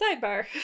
sidebar